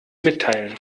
mitteilen